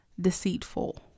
deceitful